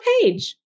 page